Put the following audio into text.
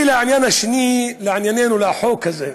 לעניין השני, לענייננו, לחוק הזה.